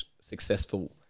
successful